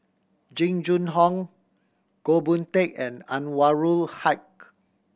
Jing Jun Hong Goh Boon Teck and Anwarul Haque